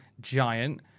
Giant